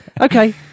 Okay